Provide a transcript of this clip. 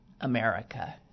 America